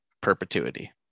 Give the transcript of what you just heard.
perpetuity